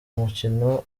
mukino